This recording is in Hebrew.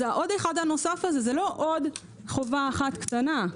אז העוד אחד הנוסף הזה זאת לא עוד חובה אחת קטנה,